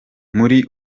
muri